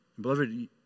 Beloved